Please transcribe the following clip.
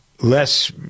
less